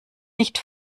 nicht